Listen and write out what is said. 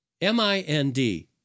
M-I-N-D